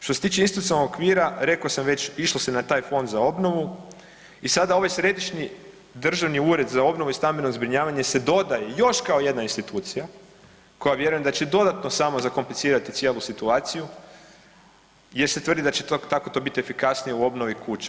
Što se tiče institucionalnog okvira, rekao sam već, išlo se na taj Fond za obnovu i sada ovaj Središnji državni ured za obnovu i stambeno zbrinjavanje se dodaje još kao jedna institucija koja vjerujem da će dodatno samo zakomplicirati cijelu situaciju jer se tvrdi da će tako to biti efikasnije u obnovu kuća.